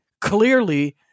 clearly